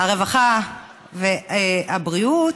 הרווחה והבריאות,